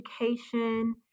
education